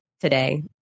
today